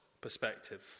perspective